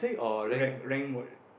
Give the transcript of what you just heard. rank rank mode